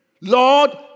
Lord